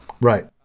Right